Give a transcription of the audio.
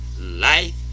life